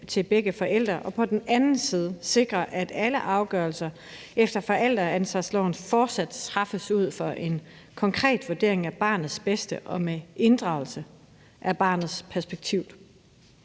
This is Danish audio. til begge forældre og på den anden side sikre, at alle afgørelser efter forældreansvarsloven fortsat træffes ud fra en konkret vurdering af barnets bedste og med inddragelse af barnets perspektiv.